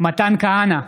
מתן כהנא,